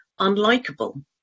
unlikable